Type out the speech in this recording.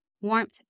warmth